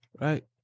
Right